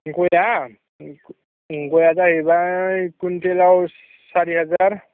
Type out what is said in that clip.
गया गया जाहैबाय कुविन्टेलाव सारि हाजार